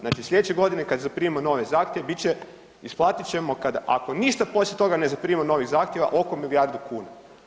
Znači slijedeće godine kad zaprimimo nove zahtjeve bit će, isplatit ćemo, ako ništa poslije toga ne zaprimimo novih zahtjeva, oko milijardu kuna.